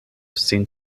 sin